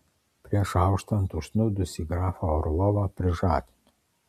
prieš auštant užsnūdusį grafą orlovą prižadino